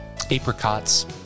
apricots